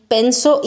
penso